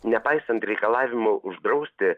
nepaisant reikalavimų uždrausti